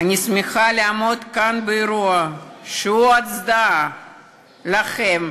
אני שמחה לעמוד כאן באירוע שהוא הצדעה לכם,